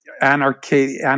anarchy